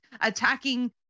attacking